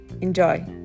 Enjoy